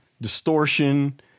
distortion